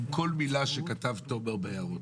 עם כל מילה שכתב תומר בהערות.